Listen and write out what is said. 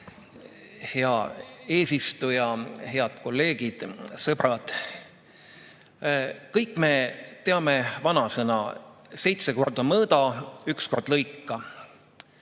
Hea eesistuja! Head kolleegid, sõbrad! Kõik me teame vanasõna: "Seitse korda mõõda, üks kord lõika."